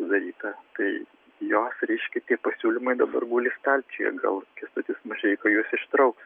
dalykas tai jos reiškia tie pasiūlymai dabar guli stalčiuje gal kęstutis mažeika juos ištrauks